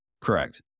Correct